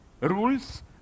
rules